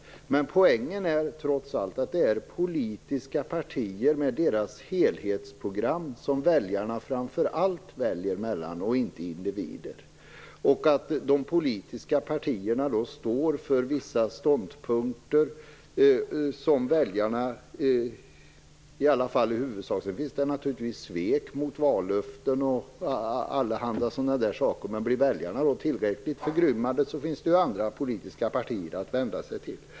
Men poängen är trots allt att det är politiska partier och deras helhetsprogram som väljarna framför allt väljer mellan och inte individer. De politiska partierna står för vissa ståndpunkter. Sedan finns det naturligtvis svek mot vallöften och allehanda sådana saker, men blir väljarna tillräckligt förgrymmade finns det ju andra politiska partier att vända sig till.